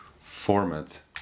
format